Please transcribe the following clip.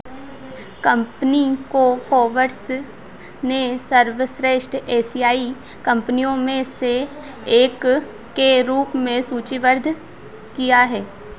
company को Forbes ने सर्वश्रेष्ठ एशियाई कंपनियों में से एक के रूप में सूचीबद्ध किया है